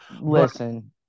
Listen